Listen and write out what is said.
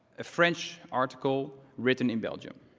a french article written in belgium.